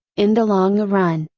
in the long run,